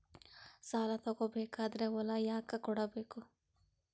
ಸಾಲ ತಗೋ ಬೇಕಾದ್ರೆ ಹೊಲ ಯಾಕ ಕೊಡಬೇಕು?